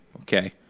Okay